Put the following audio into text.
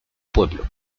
pueblo